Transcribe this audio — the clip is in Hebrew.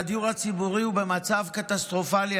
הדיור הציבורי הוא במצב קטסטרופלי,